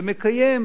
ומקיים,